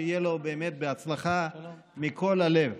שיהיה לו באמת בהצלחה מכל הלב.